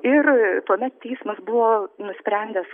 ir tuomet teismas buvo nusprendęs